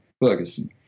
Ferguson